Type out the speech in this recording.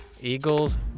Eagles